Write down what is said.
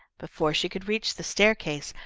before she could reach the staircase,